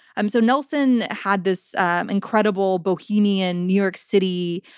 um so nelson had this incredible bohemian, new york city,